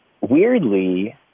weirdly